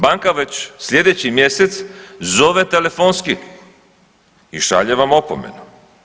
Banka već sljedeći mjesec zove telefonski, i šalje vam opomenu.